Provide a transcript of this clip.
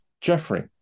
Jeffrey